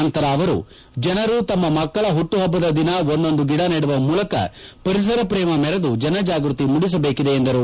ನಂತರ ಮಾತನಾಡಿದ ಅವರು ಜನರು ತಮ್ಮ ಮಕ್ಕಳ ಹುಟ್ಟುಹಬ್ಬದ ದಿನ ಒಂದೊಂದು ಗಿದ ನೆಡುವ ಮೂಲಕ ಪರಿಸರ ಪ್ರೇಮ ಮೆರೆದು ಜನ ಜಾಗೃತಿ ಮೂದಿಸಬೇಕಿದೆ ಎಂದರು